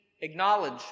acknowledge